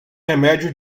remédios